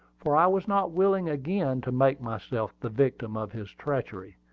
for i was not willing again to make myself the victim of his treachery.